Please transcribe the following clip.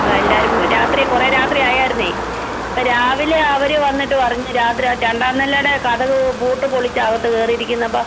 നമ്മളെല്ലാരും രാത്രി കുറെ രാത്രിയായാരുന്നേ അപ്പോൾ രാവിലെ അവര് വന്നിട്ട് പറഞ്ഞു രാത്രി രണ്ടാന്നെലേടെ കതക് പൂട്ട് പൊളിച്ചാണ് അകത്ത് കയറിയിരിക്കുന്നത് അപ്പോൾ